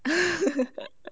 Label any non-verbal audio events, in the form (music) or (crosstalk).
(laughs)